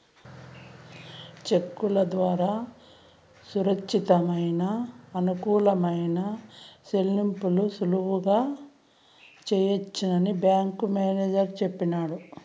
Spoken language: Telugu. సెక్కుల దోరా సురచ్చితమయిన, అనుకూలమైన సెల్లింపుల్ని సులువుగా సెయ్యొచ్చని బ్యేంకు మేనేజరు సెప్పినాడు